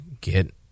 get